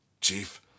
chief